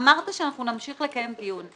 אמרת שנמשיך לקיים דיון.